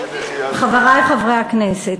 חברי חברי הכנסת,